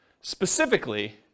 specifically